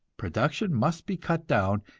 production must be cut down,